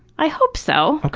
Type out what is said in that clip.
i hope so.